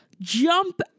jump